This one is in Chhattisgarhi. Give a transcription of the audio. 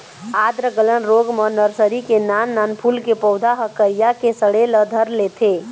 आद्र गलन रोग म नरसरी के नान नान फूल के पउधा ह करिया के सड़े ल धर लेथे